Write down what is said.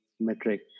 metric